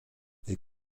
est